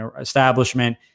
establishment